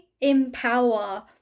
empower